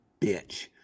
bitch